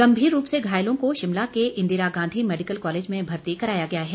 गंभीर रूप से घायलों को शिमला के इंदिरा गांधी मैडिकल कॉलेज में भर्ती कराया गया है